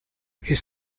his